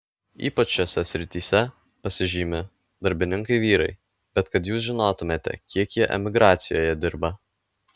ypač šiose srityje pasižymi darbininkai vyrai bet kad jūs žinotumėte kiek jie emigracijoje dirba